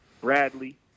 Bradley